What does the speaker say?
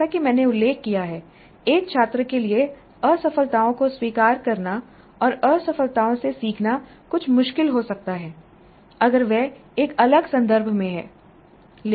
जैसा कि मैंने उल्लेख किया है एक छात्र के लिए असफलताओं को स्वीकार करना और असफलताओं से सीखना कुछ मुश्किल हो सकता है अगर वह एक अलग संदर्भ में है